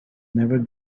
never